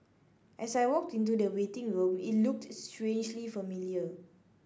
as I walked into the waiting room it looked strangely familiar